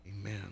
Amen